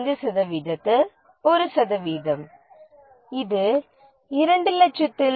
5 சதவீதத்தில் 1 சதவீதம் இது 200000 இல் 0